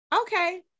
okay